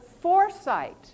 foresight